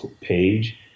page